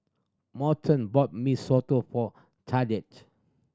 Morton bought Mee Soto for